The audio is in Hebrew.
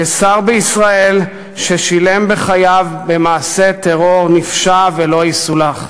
כשר בישראל ששילם בחייו במעשה טרור נפשע ולא יסולח.